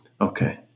Okay